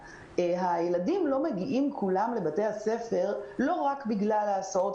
הילדים לא מגיעים לבתי הספר לא רק בגלל ההסעות,